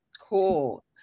Cool